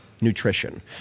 nutrition